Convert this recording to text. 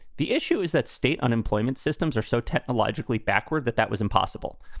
the issue is that state unemployment systems are so technologically backward that that was impossible.